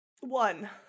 One